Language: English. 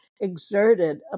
exerted